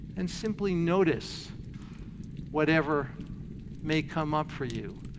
and simply notice whatever may come up for you.